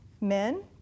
Men